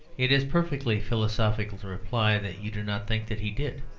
it is perfectly philosophical to reply that you do not think that he did.